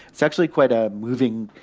it's actually quite a moving,